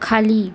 खाली